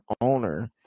owner